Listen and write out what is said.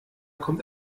kommt